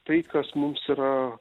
tai kas mums yra